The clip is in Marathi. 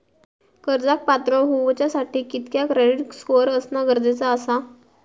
कर्जाक पात्र होवच्यासाठी कितक्या क्रेडिट स्कोअर असणा गरजेचा आसा?